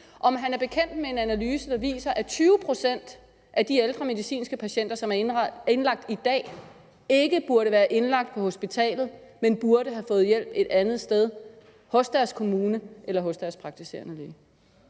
Samuelsen bekendt med en analyse, der viser, at 20 pct. af de ældre medicinske patienter, som er indlagt i dag, ikke burde være indlagt på hospitalet, men burde have fået hjælp et andet sted hos deres kommune eller hos deres praktiserende læge?